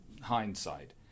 hindsight